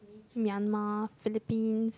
Myanmar Philippines